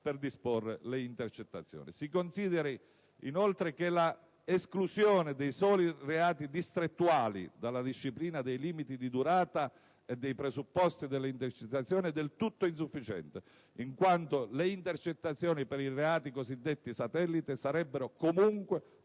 per disporre le intercettazioni. Si consideri, inoltre, che la esclusione dei soli reati distrettuali dalla disciplina dei limiti di durata e dei presupposti delle intercettazioni è del tutto insufficiente, in quanto le intercettazioni per i reati cosiddetti satellite sarebbero comunque